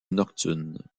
nocturne